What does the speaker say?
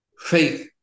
Faith